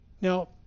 Now